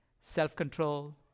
Self-control